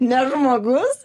ne žmogus